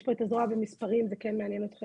יש פה את הזרוע במספרים, זה כן מעניין אתכם.